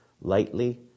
lightly